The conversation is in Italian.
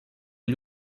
gli